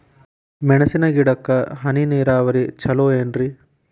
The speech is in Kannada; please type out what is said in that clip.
ಮೆಣಸಿನ ಗಿಡಕ್ಕ ಹನಿ ನೇರಾವರಿ ಛಲೋ ಏನ್ರಿ?